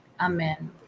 Amen